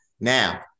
now